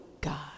God